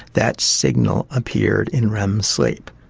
that signal appeared in rem sleep,